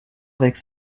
avec